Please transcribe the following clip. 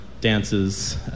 dances